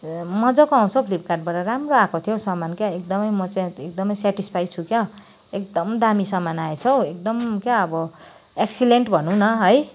मज्जाको आउँछ हौ फ्लिपकार्टबाट राम्रो आको थियो हौ सामान क्या एकदमै म चाहिँ अन्त एकदमै स्याटिस्फाई छु क्या एकदम दामी सामान आएछ हौ एकदम क्या अब एक्सिलेन्ट भनौँ न है